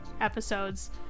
episodes